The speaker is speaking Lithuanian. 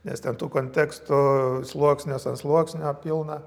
nes ten konteksto sluoksnis ant sluoksnio pilna